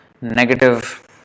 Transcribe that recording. negative